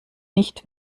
nicht